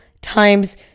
Times